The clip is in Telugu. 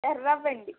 ఎర్రవండి